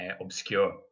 obscure